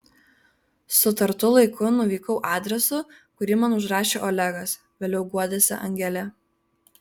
sutartu laiku nuvykau adresu kurį man užrašė olegas vėliau guodėsi angelė